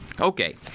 Okay